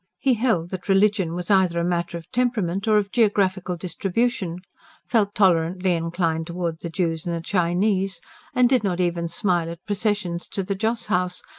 he held that religion was either a matter of temperament, or of geographical distribution felt tolerantly inclined towards the jews, and the chinese and did not even smile at processions to the joss-house,